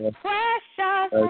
precious